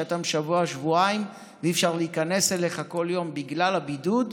שאתה בו שבוע-שבועיים ואי-אפשר להיכנס אליך כל יום בגלל הבידוד,